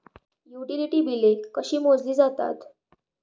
Utility बिले कशी मोजली जातात?